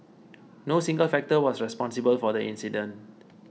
no single factor was responsible for the incident